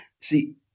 see